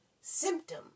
symptom